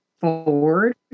forward